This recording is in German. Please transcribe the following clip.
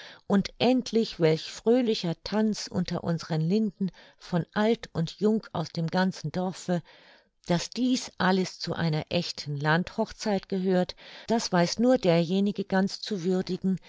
und endlich welch fröhlicher tanz unter unseren linden von alt und jung aus dem ganzen dorfe daß dies alles zu einer echten landhochzeit gehört das weiß nur derjenige ganz zu würdigen